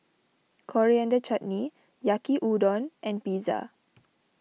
Coriander Chutney Yaki Udon and Pizza